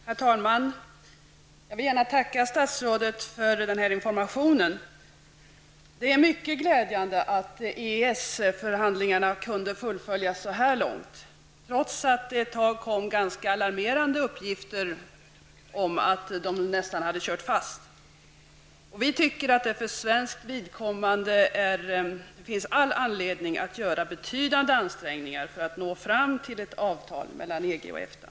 Herr talman! Jag vill gärna tacka statsrådet för informationen. Det är mycket glädjande att EES-förhandlingarna har kunnat fullföljas så här långt trots att det ett tag kom ganska alarmerande uppgifter om att de nästan hade kört fast. Vi tycker att det för svenskt vidkommande finns all anledning att göra betydande ansträngningar för att nå fram till ett avtal mellan EG och EFTA.